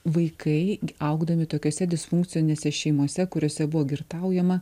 vaikai augdami tokiose disfunkcinėse šeimose kuriose buvo girtaujama